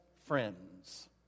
friends